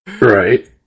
Right